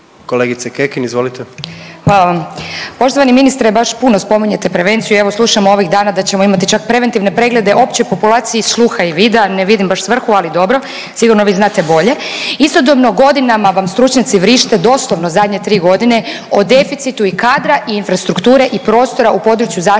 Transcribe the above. **Kekin, Ivana (NL)** Hvala vam. Poštovani ministre baš puno spominjete prevenciju i evo slušam ovih dana da ćemo imati čak preventivne preglede opće populacije i sluha i vida, ne vidim baš svrnu, ali dobro sigurno vi znate bolje, istodobno godinama vam stručnjaci vrište doslovno zadnje tri godine o deficitu i kadra i infrastrukture u području zaštite